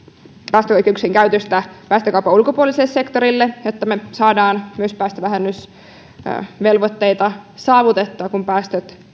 päästöoikeuksien käytöstä päästökaupan ulkopuoliselle sektorille jotta me saamme myös päästövähennysvelvoitteita saavutettua kun päästöt